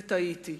וטעיתי.